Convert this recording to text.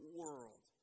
world